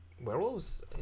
Werewolves